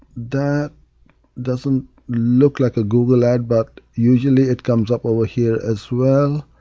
that doesn't look like a google ad, but usually it comes up over here as well.